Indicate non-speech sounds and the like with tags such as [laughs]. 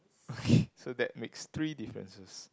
[laughs] so that makes three differences